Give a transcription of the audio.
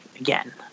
again